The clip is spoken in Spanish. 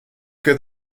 que